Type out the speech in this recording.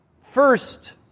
first